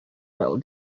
metal